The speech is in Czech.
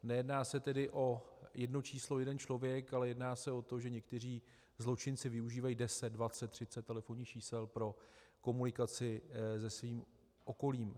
Nejedná se tedy o jedno číslo jeden člověk, ale jedná se o to, že někteří zločinci využívají deset, dvacet, třicet telefonních čísel pro komunikaci se svým okolím.